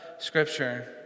Scripture